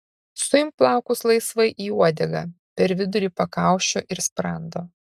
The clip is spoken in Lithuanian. suimk plaukus laisvai į uodegą per vidurį pakaušio ir sprando